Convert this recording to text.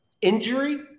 injury